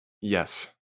Yes